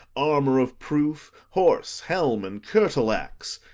armour of proof, horse, helm, and curtle-axe,